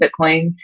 Bitcoin